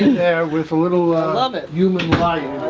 there with a little ah but human light